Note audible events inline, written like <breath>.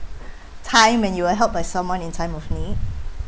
<breath> time when you were helped by someone in time of need